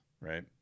right